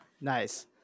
nice